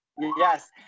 Yes